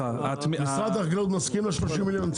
משרד החקלאות מסכים ל-30 מיליון?